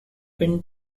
been